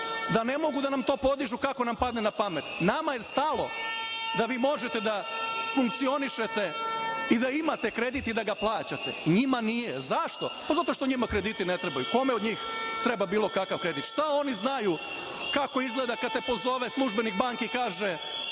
da ne mogu to da nam podižu kako im padne na pamet. Nama je stalo da vi možete da funkcionišete i da imate kredit i da ga plaćate. Njima nije. Zašto? Zato što njima krediti ne trebaju. Kome od njih treba bilo kakav kredit? Šta oni znaju kako izgleda kada te pozove službenik banke i kaže